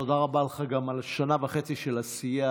תודה רבה לך גם על שנה וחצי של עשייה,